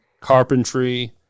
carpentry